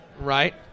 right